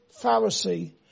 Pharisee